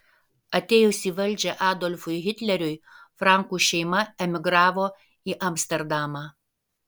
atėjus į valdžią adolfui hitleriui frankų šeima emigravo į amsterdamą